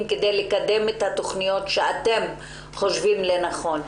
כדי לקדם את התוכניות שאתם חושבים לנכון.